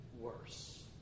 worse